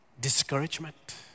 discouragement